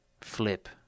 flip